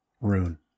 rune